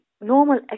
normal